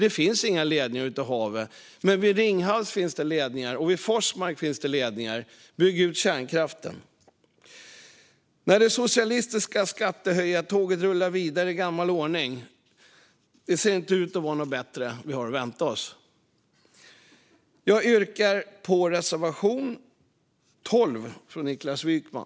Det finns inga ledningar ute i havet, men vid Ringhals och Forsmark finns det ledningar. Bygg ut kärnkraften! Det socialistiska skattehöjartåget rullar vidare i gammal ordning. Det ser inte ut att vara något bättre vi har att vänta oss! Jag yrkar bifall till reservation 12 av Niklas Wykman.